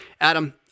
Adam